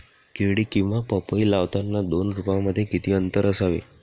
केळी किंवा पपई लावताना दोन रोपांमध्ये किती अंतर असावे?